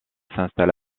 s’installe